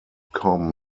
com